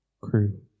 crew